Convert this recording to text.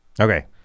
Okay